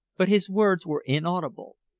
but his words were inaudible.